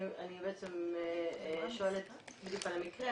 אני בעצם שואלת על המקרה,